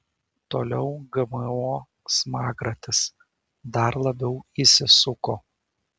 toliau gmo smagratis dar labiau įsisuko